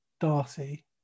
Darcy